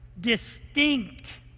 distinct